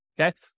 Okay